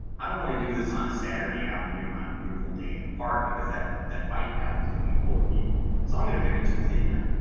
i don't want to do this on a saturday afternoon, on a beautiful day in the park, because that that bike path is gonna be full of people. so, i'm gonna pick a tuesday night,